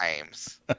times